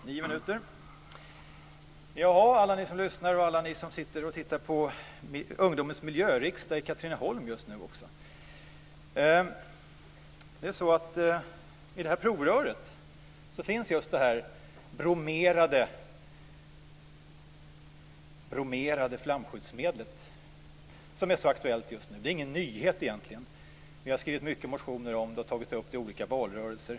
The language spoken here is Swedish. Herr talman, alla ni som lyssnar och alla ni som tittar på Ungdomens miljöriksdag just nu i Katrineholm! I det provrör som jag håller i finns det bromerade flamskyddsmedel som är så aktuellt just nu men detta är egentligen ingen nyhet. Vi har skrivit många motioner om det och har tagit upp frågan i olika valrörelser.